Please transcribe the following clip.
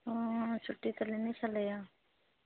हँ छुट्टी तऽ लेने छलै हँ